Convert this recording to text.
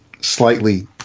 slightly